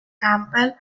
campbell